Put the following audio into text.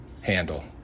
handle